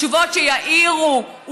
תשובות שיעירו,